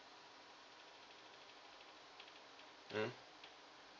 mm